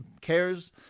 cares